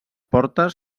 portes